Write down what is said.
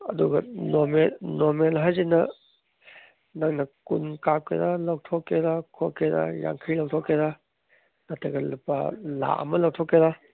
ꯑꯗꯨꯒ normal normal ꯍꯥꯏꯁꯤꯅ ꯅꯪꯅ ꯀꯨꯟ ꯀꯥꯞꯀꯦꯔ ꯂꯧꯊꯣꯛꯀꯦꯔꯈꯣꯠꯀꯦꯔ ꯌꯥꯡꯈꯩ ꯂꯧꯊꯣꯛꯀꯦꯔ ꯅꯠꯇ꯭ꯔꯒ ꯂꯨꯄꯥ ꯂꯥꯈ ꯑꯃ ꯂꯧꯊꯣꯛꯀꯦꯔ